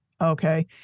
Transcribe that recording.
Okay